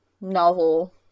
novel